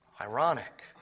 Ironic